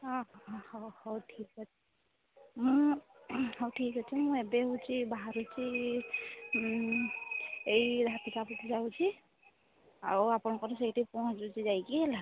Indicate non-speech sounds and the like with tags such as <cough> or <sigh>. ହଁ ହଉ ହଉ ଠିକ୍ ଅଛି ମୁଁ ହଉ ଠିକ୍ ଅଛି ମୁଁ ଏବେ ହେଉଛି ବାହାରୁଛି ଏଇ <unintelligible> ଅଛି ଆଉ ଆପଣଙ୍କର ସେଇଠି ପହଞ୍ଚୁଛି ଯାଇକି ହେଲା